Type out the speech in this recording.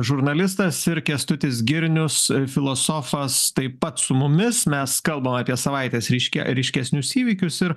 žurnalistas ir kęstutis girnius filosofas taip pat su mumis mes kalbam apie savaitės ryške ryškesnius įvykius ir